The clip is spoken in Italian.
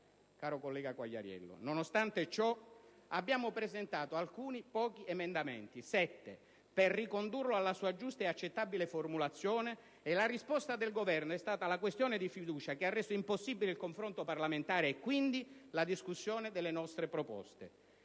caro collega Quagliariello. Nonostante ciò, abbiamo presentato pochi emendamenti, sette, per ricondurlo alla sua giusta ed accettabile formulazione. La risposta del Governo è stata la questione di fiducia, che ha reso impossibile il confronto parlamentare e quindi la discussione delle nostre proposte.